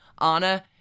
Anna